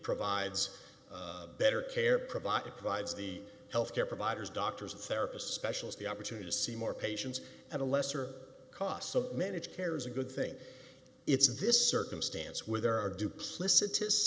provides better care providers provides the health care providers doctors and therapist specials the opportunity to see more patients at a lesser cost so managed care is a good thing it's this circumstance where there are duplicitous